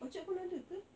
orchard pun ada ke